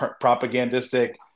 propagandistic